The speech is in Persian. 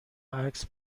عکس